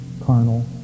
carnal